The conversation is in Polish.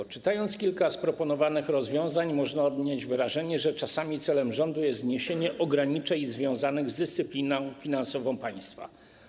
Po przeczytaniu kilku z zaproponowanych rozwiązań można odnieść wrażenie, że czasami celem rządu jest zniesienie ograniczeń związanych z dyscypliną finansową państwa.